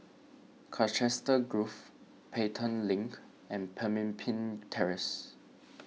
Colchester Grove Pelton Link and Pemimpin Terrace